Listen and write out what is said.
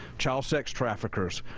child sex traffickers,